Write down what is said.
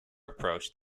approached